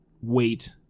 wait